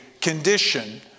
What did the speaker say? condition